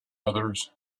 others